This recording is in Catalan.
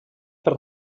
per